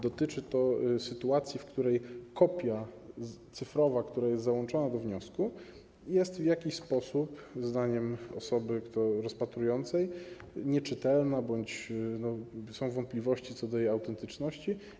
Dotyczy to sytuacji, w której kopia cyfrowa załączona do wniosku jest w jakiś sposób zdaniem osoby rozpatrującej nieczytelna bądź są wątpliwości co do jej autentyczności.